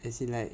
as in like